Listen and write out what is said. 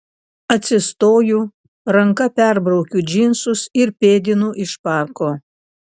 atsistoju ranka perbraukiu džinsus ir pėdinu iš parko